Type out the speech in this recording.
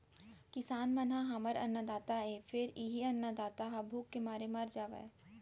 किसान मन ह हमर अन्नदाता आय फेर इहीं अन्नदाता ह भूख के मारे मर जावय